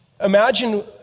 imagine